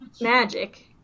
magic